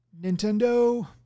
Nintendo